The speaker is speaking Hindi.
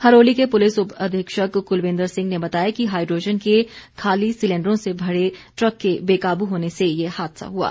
हरोली के पुलिस उप अधीक्षक कुलविन्द्र सिंह ने बताया कि हाईड्रोजन के खाली सिलेंडरों से भरे ट्रक के बेकाबू होने से ये हादसा हुआ है